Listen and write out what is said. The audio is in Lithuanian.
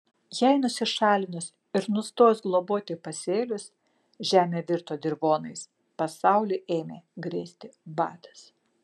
jai nusišalinus ir nustojus globoti pasėlius žemė virto dirvonais pasauliui ėmė grėsti badas